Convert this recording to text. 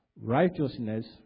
righteousness